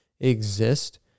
exist